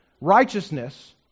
Righteousness